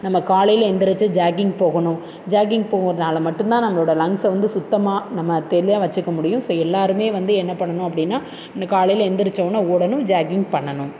நம்ம காலையில் எழுந்துருச்சி ஜாகிங் போகணும் ஜாகிங் போகிறதுனால மட்டும்தான் நம்மளோடய லங்ஸை வந்து சுத்தமாக நம்ம தெளிவாக வைச்சிக்க முடியும் ஸோ எல்லோருமே வந்து என்ன பண்ணணும் அப்படின்னா இன்று காலையில் எழுந்துருச்சவொன்னே ஓடணும் ஜாகிங் பண்ணணும்